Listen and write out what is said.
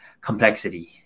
complexity